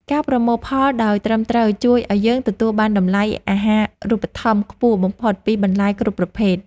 ការប្រមូលផលដោយត្រឹមត្រូវជួយឱ្យយើងទទួលបានតម្លៃអាហារូបត្ថម្ភខ្ពស់បំផុតពីបន្លែគ្រប់ប្រភេទ។